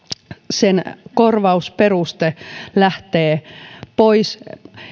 sen korvausperuste lähtee pois